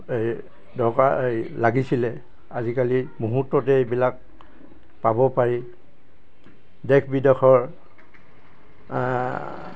এই দৰকাৰ এই লাগিছিলে আজিকালি মুহূৰ্ততে এইবিলাক পাব পাৰি দেশ বিদেশৰ